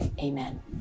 amen